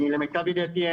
למיטב ידיעתי,